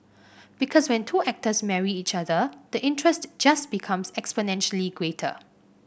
because when two actors marry each other the interest just becomes exponentially greater